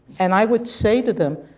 and i would say to them,